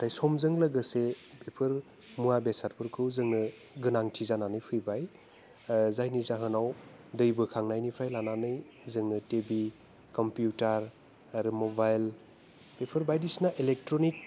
नाथाय समजों लोगोसे बेफोर मुवा बेसादफोरखौ जोंनो गोनांथि जानानै फैबाय जायनि जाहोनाव दै बोखांनायनिफ्राय लानानै जोङो टिभि कम्पिउटार बेफोर बायदिसिना आरो मबाइल इलेकट्रनिक